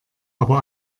aber